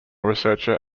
researcher